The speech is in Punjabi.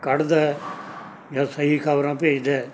ਕੱਢਦਾ ਜਾਂ ਸਹੀ ਖਬਰਾਂ ਭੇਜਦਾ